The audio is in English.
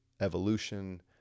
evolution